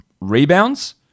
rebounds